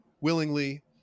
willingly